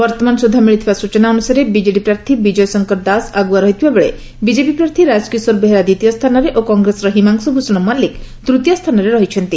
ବର୍ଉମାନ ସୁଦ୍ଧା ମିଳିଥିବା ସୂଚନା ଅନୁସାରେ ବିଜେଡି ପ୍ରାର୍ଥୀ ବିଜୟ ଶଙ୍କର ଦାସ ଆଗୁଆ ରହିଥିବାବେଳେ ବିଜେପି ପ୍ରାର୍ଥୀ ରାଜକିଶୋର ବେହେରା ଦ୍ୱିତୀୟ ସ୍ତାନରେ ଓ କଂଗ୍ରେସର ହିମାଂଶ୍ବୁ ଭ୍ଷଣ ମଲ୍କିକ ତୂତୀୟ ସ୍ତାନରେ ରହିଛନ୍ତି